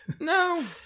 no